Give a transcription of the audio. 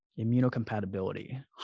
immunocompatibility